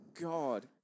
God